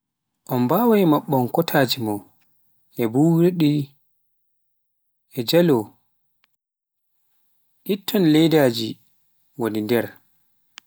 on mbawai maɓɓon kwataaji mon e buwirdi, e jelo, etton ledaaji nwoni nder.